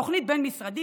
זאת תוכנית בין-משרדית